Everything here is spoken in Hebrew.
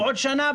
בעוד שנה?